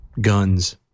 guns